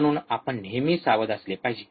म्हणून आपण नेहमी सावध असले पाहिजे